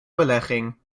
belegging